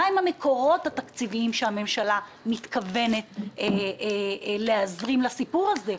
מהם המקורות התקציביים שהממשלה מתכוונת להזרים לסיפור הזה?